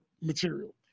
material